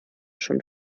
schon